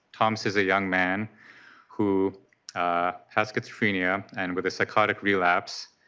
thomas is a young man who ah has schizophrenia and with a psychotic relapse